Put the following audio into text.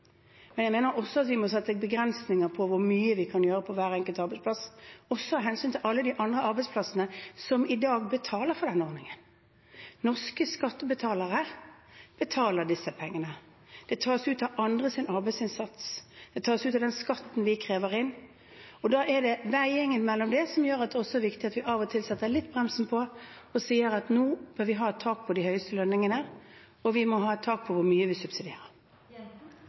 men jeg mener også vi må sette begrensninger for hvor mye vi kan gjøre for hver enkelt arbeidsplass, også av hensyn til alle de arbeidsplassene som i dag betaler for denne ordningen. Norske skattebetalere betaler disse pengene. Det tas av andres arbeidsinnsats, det tas av den skatten vi krever inn. Da er det veiingen mellom det som gjør at det også er viktig at vi av og til setter bremsen litt på og sier at nå skal vi ha tak på de høyeste lønningene, og at vi må ha et tak på hvor mye vi subsidierer.